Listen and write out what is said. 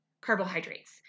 carbohydrates